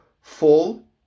fall